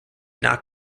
not